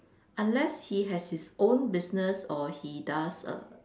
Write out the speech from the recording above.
unless he has his own business or he does err